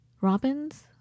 robins